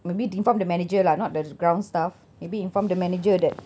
maybe informed the manager lah not the ground staff maybe informed the manager that